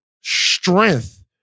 strength